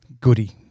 Goody